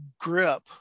grip